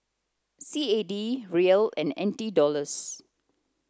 C A D Riel and N T Dollars